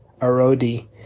Arodi